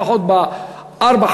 לפחות בארבע,